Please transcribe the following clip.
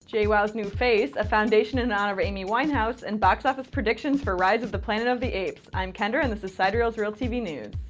jwoww's new face, a foundation in honor of amy winehouse, and box office prediction for rise of the planet of the apes i'm kendra and this is sidereel's reel tv news.